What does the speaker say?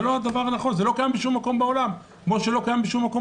זה לא קיים בשום מקום בעולם כמו שבשום מקום